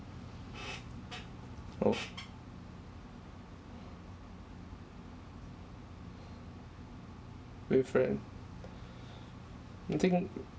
oh with friend you think